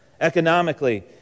Economically